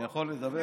אני יכול לדבר?